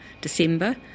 December